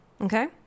Okay